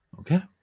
Okay